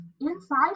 inside